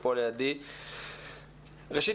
ראשית,